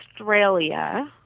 Australia